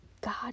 God